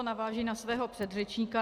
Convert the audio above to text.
Navážu na svého předřečníka.